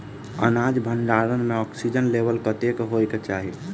अनाज भण्डारण म ऑक्सीजन लेवल कतेक होइ कऽ चाहि?